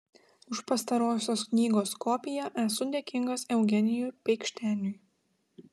už pastarosios knygos kopiją esu dėkingas eugenijui peikšteniui